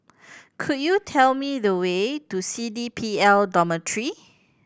could you tell me the way to C D P L Dormitory